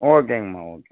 ஓகேங்கம்மா ஓகேங்க